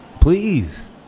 Please